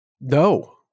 No